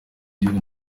gihugu